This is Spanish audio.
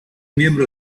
miembro